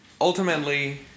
ultimately